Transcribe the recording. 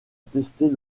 tester